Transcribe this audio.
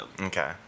Okay